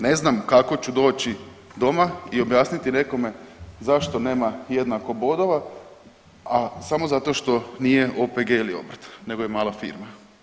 Ne znam kako ću doći doma i objasniti nekome zašto nema jednako bodova, a samo zato što nije OPG ili obrt nego je mala firma.